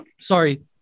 sorry